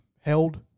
held